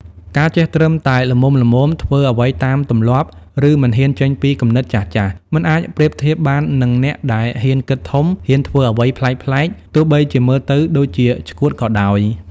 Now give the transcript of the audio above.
ការចេះត្រឹមតែល្មមៗ ធ្វើអ្វីតាមទម្លាប់ ឬមិនហ៊ានចេញពីគំនិតចាស់ៗ មិនអាចប្រៀបធៀបបាននឹងអ្នកដែលហ៊ានគិតធំ ហ៊ានធ្វើអ្វីប្លែកៗ ទោះបីជាមើលទៅដូចជាឆ្កួតក៏ដោយ។